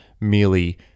merely